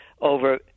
over